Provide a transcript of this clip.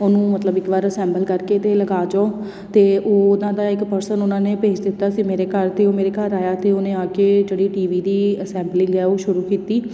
ਉਹਨੂੰ ਮਤਲਬ ਇੱਕ ਵਾਰ ਅਸੈਂਬਲ ਕਰਕੇ ਅਤੇ ਲਗਾ ਜਾਉ ਅਤੇ ਉਹ ਉਹਨਾਂ ਦਾ ਇੱਕ ਪਰਸਨ ਉਹਨਾਂ ਨੇ ਭੇਜ ਦਿੱਤਾ ਸੀ ਮੇਰੇ ਘਰ ਅਤੇ ਉਹ ਮੇਰੇ ਘਰ ਆਇਆ ਅਤੇ ਉਹਨੇ ਆ ਕੇ ਜਿਹੜੀ ਟੀ ਵੀ ਦੀ ਅਸੈਂਬਲਿੰਗ ਹੈ ਉਹ ਸ਼ੁਰੂ ਕੀਤੀ